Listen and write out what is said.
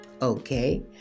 okay